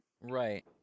Right